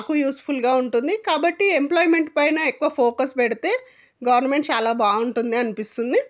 నాకు యూజ్ఫుల్గా ఉంటుంది కాబట్టి ఎంప్లాయిమెంట్ పైన ఎక్కువ ఫోకస్ పెడితే గవర్నమెంట్ చాలా బాగుంటుంది అనిపిస్తుంది